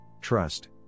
trust